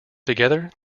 together